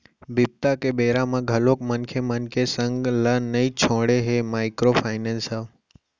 बिपदा के बेरा म घलोक मनखे मन के संग ल नइ छोड़े हे माइक्रो फायनेंस ह